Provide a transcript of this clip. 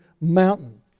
mountain